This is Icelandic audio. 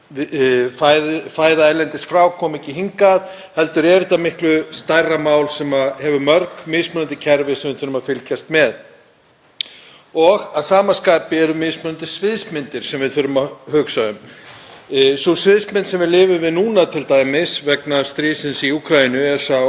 og að sama skapi eru mismunandi sviðsmyndir sem við þurfum að hugsa um. Sú sviðsmynd sem við lifum við núna t.d. vegna stríðsins í Úkraínu er sú að kostnaður vegna áburðar rýkur upp, kostnaður vegna bensíns og olíu rýkur upp og verð á korni og fæðu rýkur upp líka